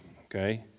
okay